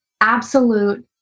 absolute